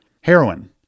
Heroin